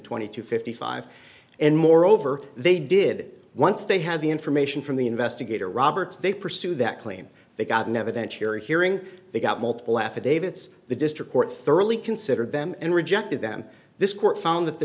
twenty to fifty five and moreover they did once they had the information from the investigator roberts they pursue that claim they got never bench here hearing they got multiple affidavits the district court thoroughly considered them and rejected them this court found that the